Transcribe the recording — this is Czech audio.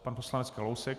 Pan poslanec Kalousek.